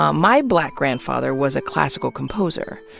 um my black grandfather was a classical composer.